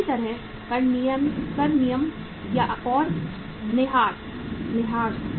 इसी तरह कर नियम और निहितार्थ